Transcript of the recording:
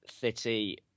City